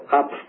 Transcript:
up